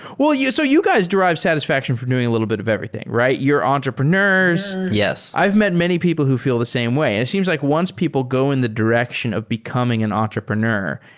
you so you guys derive satisfaction from doing a little bit of everything, right? you're entrepreneurs yes i've met many people who feel the same way and it seems like once people go in the direction of becoming an entrepreneur,